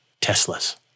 Teslas